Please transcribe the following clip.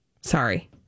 Sorry